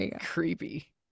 creepy